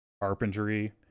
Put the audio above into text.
carpentry